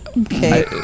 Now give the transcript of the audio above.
Okay